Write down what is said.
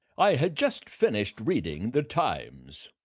i had just finished reading the times,